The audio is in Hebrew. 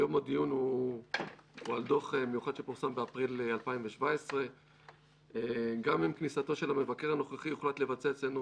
היום הדיון הוא על דוח מיוחד שפורסם באפריל 2017. גם עם כניסתו של המבקר הנוכחי הוחלט לבצע אצלנו